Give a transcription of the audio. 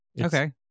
Okay